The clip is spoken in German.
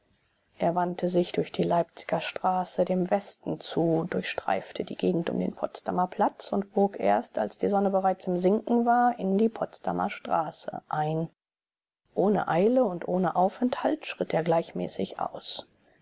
er wandte sich durch die leipziger straße dem westen zu durchstreifte die gegend um den potsdamer platz und bog erst als die sonne bereits im sinken war in die potsdamer straße ein ohne eile und ohne aufenthalt schritt er gleichmäßig aus